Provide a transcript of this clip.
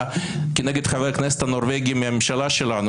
כנגד חברי הכנסת הנורבגים מהממשלה שלנו,